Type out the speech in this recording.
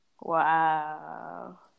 Wow